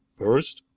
first,